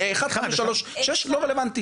1,5,3,6, לא רלוונטיים.